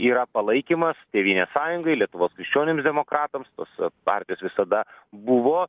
yra palaikymas tėvynės sąjungai lietuvos krikščionims demokratams tos partijos visada buvo